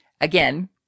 Again